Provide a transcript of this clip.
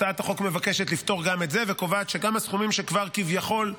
הצעת החוק מבקשת לפתור גם את זה וקובעת שגם הסכומים שכבר כביכול חויבו,